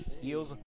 Heels